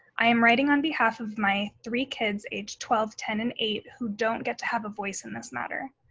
i am writing on behalf of my three kids, age twelve, ten, and eight, who don't get to have a voice in this matter.